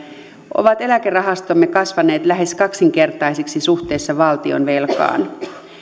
ovat eläkerahastomme kasvaneet lähes kaksinkertaisiksi suhteessa valtionvelkaan